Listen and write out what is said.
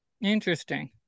Interesting